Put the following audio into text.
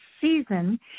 season